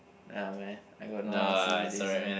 ya man I got no answer to this